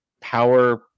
power